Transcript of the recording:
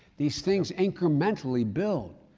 these things incrementally build.